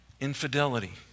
infidelity